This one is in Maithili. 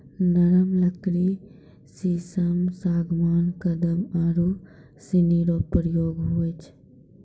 नरम लकड़ी सिमल, सागबान, कदम आरू सनी रो प्रयोग हुवै छै